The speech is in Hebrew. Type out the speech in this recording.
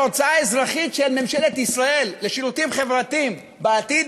ההוצאה האזרחית של ממשלת ישראל על שירותים חברתיים בעתיד,